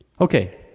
Okay